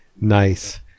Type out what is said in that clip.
nice